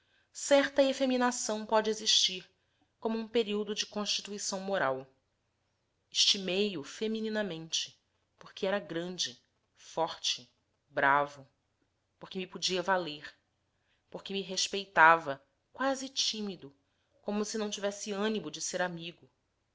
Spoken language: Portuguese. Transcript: certa efeminação pode existir como um período de constituição moral estimei o femininamente porque era grande forte bravo porque me podia valer porque me respeitava quase tímido como se não tivesse animo de ser amigo